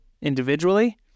individually